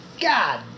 God